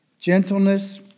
gentleness